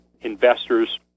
Investors